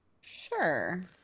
Sure